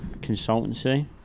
Consultancy